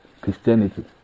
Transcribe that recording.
Christianity